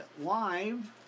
live